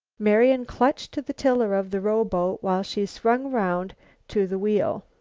marian clung to the tiller of the rowboat while she swung round to the wheel.